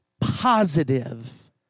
positive